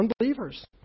unbelievers